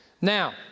Now